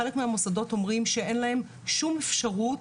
חלק מהמוסדות אומרים שאין להם שום אפשרות